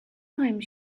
time